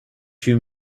you